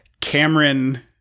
Cameron